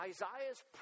Isaiah's